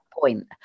point